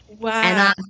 Wow